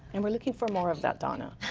and we're looking for more of that, donna.